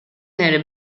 nelle